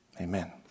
Amen